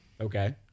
Okay